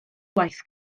gwaith